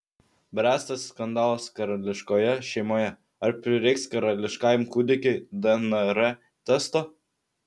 bręsta skandalas karališkoje šeimoje ar prireiks karališkajam kūdikiui dnr testo